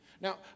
Now